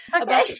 okay